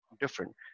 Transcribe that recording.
different